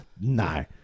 No